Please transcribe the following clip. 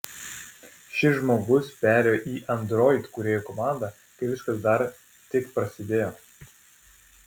šis žmogus perėjo į android kūrėjų komandą kai viskas dar tik prasidėjo